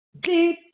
deep